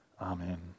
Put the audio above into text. Amen